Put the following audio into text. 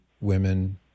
women